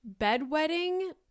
bedwetting